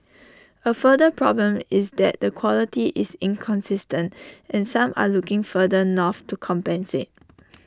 A further problem is that the quality is inconsistent and some are looking further north to compensate